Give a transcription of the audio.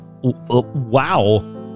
Wow